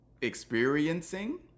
experiencing